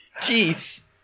Jeez